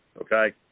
okay